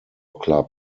club